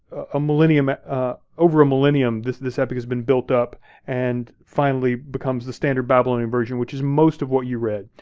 ah ah over a millennium, this this epic has been built up and finally becomes the standard babylonian version, which is most of what you read.